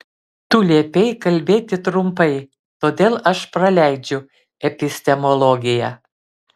tu liepei kalbėti trumpai todėl aš praleidžiu epistemologiją